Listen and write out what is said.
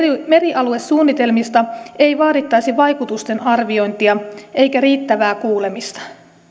merialuesuunnitelmista ei vaadittaisi vaikutusten arviointia eikä riittävää kuulemista